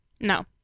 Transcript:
No